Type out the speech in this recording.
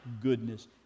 goodness